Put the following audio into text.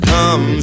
Come